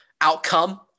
outcome